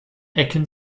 ecken